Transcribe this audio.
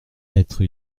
être